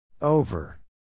Over